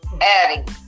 adding